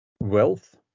wealth